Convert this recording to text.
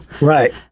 Right